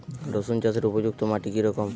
রুসুন চাষের উপযুক্ত মাটি কি রকম?